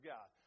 God